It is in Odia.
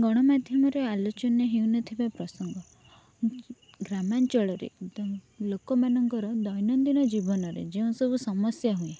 ଗଣମାଧ୍ୟମରେ ଆଲଚନା ହେଉ ନ ଥିବା ପ୍ରସଙ୍ଗ ଗ୍ରାମଞ୍ଚଳରେ ଲୋକ ମାନଙ୍କର ଦୈନନ୍ଦିନ ଜୀବନରେ ଯେଉଁ ସବୁ ସମସ୍ୟା ହୁଏ